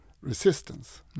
resistance